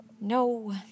No